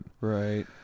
Right